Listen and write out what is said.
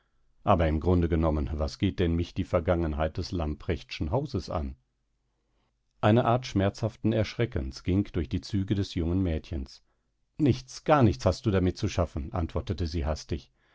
aber im grunde genommen was geht denn mich die vergangenheit des lamprechtschen hauses an eine art schmerzhaften erschreckens ging durch die züge des jungen mädchens nichts gar nichts hast du damit zu schaffen antwortete sie hastig